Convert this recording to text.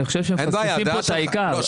אני חושב שאנחנו מפספסים כאן את העיקר.